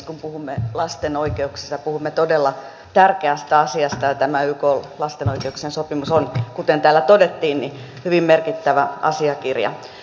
kun puhumme lasten oikeuksista puhumme todella tärkeästä asiasta ja tämä ykn lapsen oikeuksien sopimus on kuten täällä todettiin hyvin merkittävä asiakirja